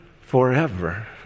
forever